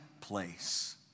place